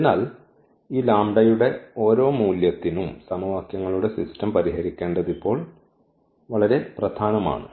അതിനാൽ ഈ ലാംബഡയുടെ ഓരോ മൂല്യത്തിനും സമവാക്യങ്ങളുടെ സിസ്റ്റം പരിഹരിക്കേണ്ടത് ഇപ്പോൾ വളരെ പ്രധാനമാണ്